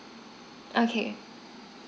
okay